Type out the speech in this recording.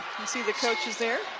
and see the coaches there.